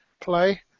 play